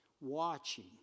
Watching